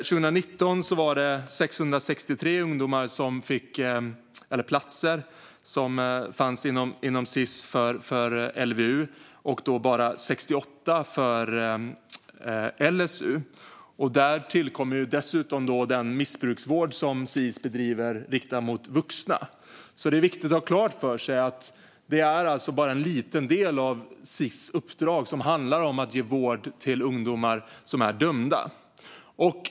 År 2019 fanns det 663 platser inom Sis för LVU men bara 68 för LSU. Sedan tillkommer dessutom den missbruksvård som Sis bedriver riktat mot vuxna. Det är viktigt att ha klart för sig att det bara är en liten del Sis uppdrag som handlar om att ge vård till ungdomar som är dömda.